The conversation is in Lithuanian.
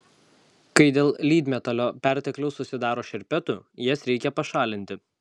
kai dėl lydmetalio pertekliaus susidaro šerpetų jas reikia pašalinti